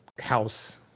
house